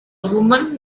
woman